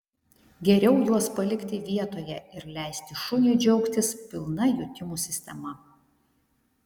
geriau juos palikti vietoje ir leisti šuniui džiaugtis pilna jutimų sistema